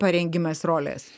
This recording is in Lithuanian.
parengimas rolės